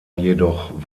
jedoch